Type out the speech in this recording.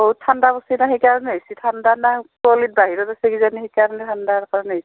অঁ ঠাণ্ডা বস্তুটা সেইকাৰণে হৈছে ঠাণ্ডা না কুঁৱলীত বাহিৰত গৈছে কিজানি সেইকাৰণে ঠাণ্ডাৰ কাৰণে হৈছে